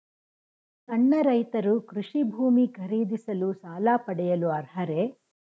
ಸಣ್ಣ ರೈತರು ಕೃಷಿ ಭೂಮಿ ಖರೀದಿಸಲು ಸಾಲ ಪಡೆಯಲು ಅರ್ಹರೇ?